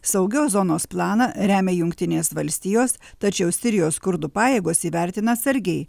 saugios zonos planą remia jungtinės valstijos tačiau sirijos kurdų pajėgos jį vertina atsargiai